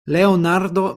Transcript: leonardo